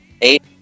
Eight